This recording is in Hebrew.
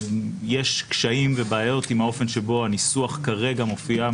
יש קשיים ובעיות עם האופן שבו הניסוח כרגע מופיע,